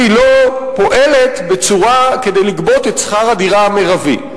היא לא פועלת כדי לגבות את שכר הדירה המרבי.